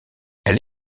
elle